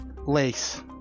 Lace